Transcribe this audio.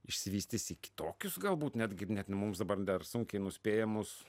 išsivystys į kitokius galbūt netgi net mums dabar dar sunkiai nuspėjamus